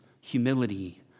humility